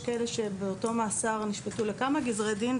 כאלה שבאותו מאסר נשפטו לכמה גזרי דין.